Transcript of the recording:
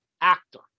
actor